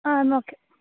ആ എന്നാല് ഓക്കെ